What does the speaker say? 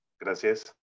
Gracias